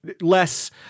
less